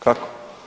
Kako?